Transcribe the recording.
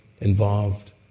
involved